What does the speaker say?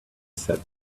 said